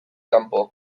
kanpo